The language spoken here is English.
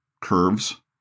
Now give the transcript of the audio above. curves